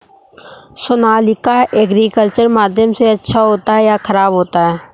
Sonalika agriculture माध्यम से अच्छा होता है या ख़राब होता है?